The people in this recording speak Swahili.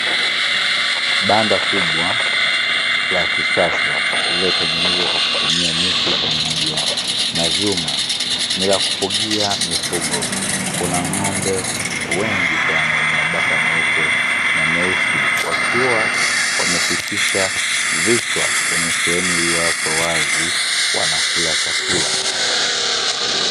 Banda kubwa la kisasa lililotengenezwa kwa kutumia miti pamoja na vyuma, ni la kufugia mifugo. Kuna ng'ombe wengi sana wenye mabaka meupe na meusi, wakiwa wamepitisha vichwa kwenye sehemu iliyoachwa wazi, wanakula chakula.